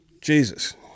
Jesus